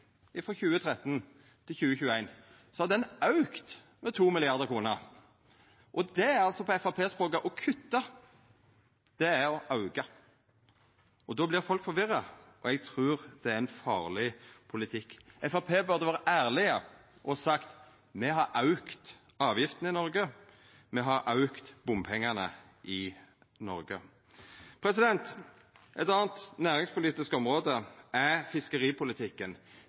2013 til 2021, har ho auka med 2 mrd. kr. Og det er altså på Framstegspartiet sitt program: å kutta, det er å auka. Då vert folk forvirra, og eg trur det er ein farleg politikk. Framstegspartiet burde vore ærleg og sagt: Me har auka avgiftene i Noreg, me har auka bompengane i Noreg. Eit anna næringspolitisk område er fiskeripolitikken.